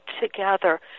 together